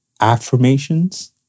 affirmations